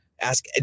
Ask